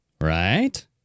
Right